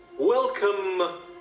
Welcome